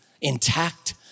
intact